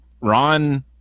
Ron